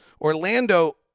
Orlando